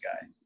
guy